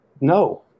no